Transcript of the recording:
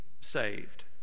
saved